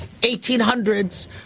1800s